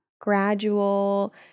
gradual